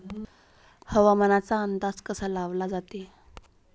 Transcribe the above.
हवामानाचा अंदाज कसा लावला जाते?